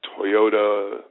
Toyota